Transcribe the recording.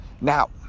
Now